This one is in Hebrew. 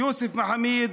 יוסף מחאמיד,